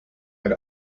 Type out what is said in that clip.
had